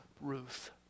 Ruth